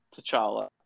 T'Challa